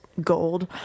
gold